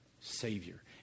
Savior